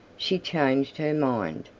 she changed her mind.